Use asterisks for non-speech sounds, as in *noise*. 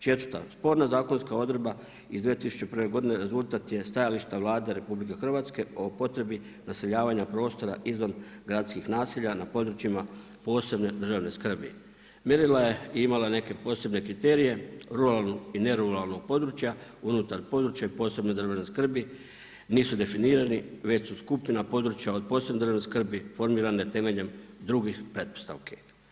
Četvrto, sporna zakonska odredba iz 2001. godine rezultat je stajališta Vlade RH o potrebi naseljavanja prostora izvangradskih naselja na područjima posebne državne skrbi. … *unintelligible* neke posebne kriterije, ruralnog i ne ruralnog područja unutar područja posebne državne skrbi nisu definirani već su skupljena područja od posebne državne skrbi formirane temeljem drugih pretpostavki.